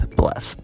bless